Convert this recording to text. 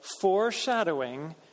foreshadowing